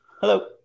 Hello